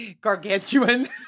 gargantuan